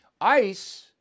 ICE